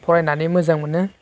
फरायनानै मोजां मोनो